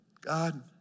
God